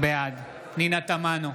בעד פנינה תמנו,